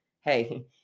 Hey